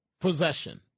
Possession